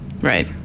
Right